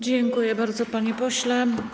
Dziękuję bardzo, panie pośle.